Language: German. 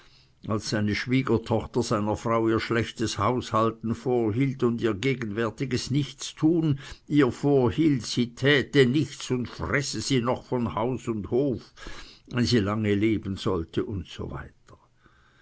als seine schwiegertochter seiner frau ihr schlechtes haushalten vorhielt und ihr gegenwärtiges nichtstun ihr vorhielt sie täte nichts und fresse sie noch von haus und hof wenn sie lange leben sollte usw